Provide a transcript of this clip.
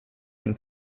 dem